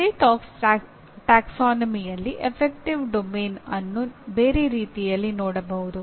ಅದೇ ಪ್ರವರ್ಗದಲ್ಲಿ affective domain ಅನ್ನು ಬೇರೆ ರೀತಿಯಲ್ಲಿ ನೋಡಬಹುದು